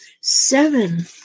seven